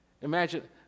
Imagine